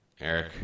Eric